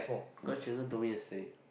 cause she even told me yesterday